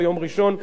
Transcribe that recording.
ביום ראשון,